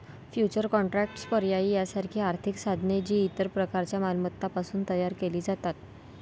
futures contracts, पर्याय यासारखी आर्थिक साधने, जी इतर प्रकारच्या मालमत्तांपासून तयार केली जातात